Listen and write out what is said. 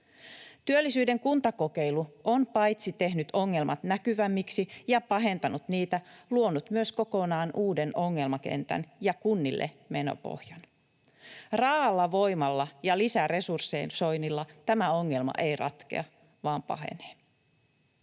Työllisyyden kuntakokeilu on paitsi tehnyt ongelmat näkyvämmiksi ja pahentanut niitä myös luonut kokonaan uuden ongelmakentän ja kunnille menopohjan. Raa’alla voimalla ja lisäresursoinnilla tämä ongelma ei ratkea vaan pahenee.